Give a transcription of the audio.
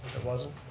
it wasn't?